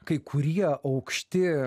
kai kurie aukšti